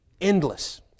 endless